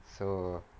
so